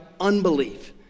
unbelief